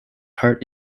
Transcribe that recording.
heart